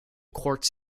quartz